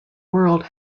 world